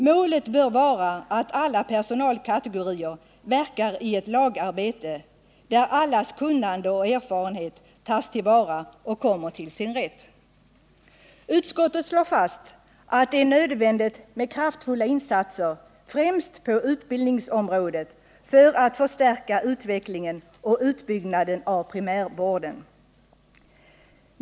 Målet bör vara att alla personalkategorier verkar i ett lagarbete, där allas kunnande och erfarenhet tas till vara och kommer till sin rätt. Utskottet slår fast att det är nödvändigt med kraftfulla insatser — främst på Nr 163 utbildningsområdet — för att förstärka utvecklingen och utbyggnaden av primärvården.